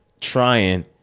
trying